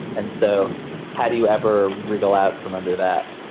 and so how do you ever wriggle out from under that?